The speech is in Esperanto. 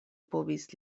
povis